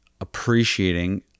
appreciating